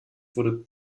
wurde